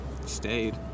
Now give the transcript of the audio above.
stayed